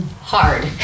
hard